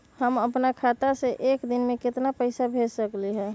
हम अपना खाता से एक दिन में केतना पैसा भेज सकेली?